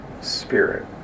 spirit